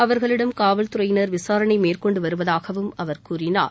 அவர்களிடம் காவல்துறையினர் விசாரணை மேற்கொண்டு வருவதாகவும் அவர் கூறினார்